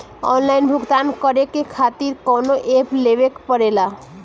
Online भुगतान करके के खातिर कौनो ऐप लेवेके पड़ेला?